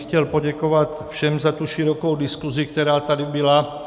Chtěl bych poděkovat všem za tu širokou diskusi, která tady byla.